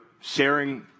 sharing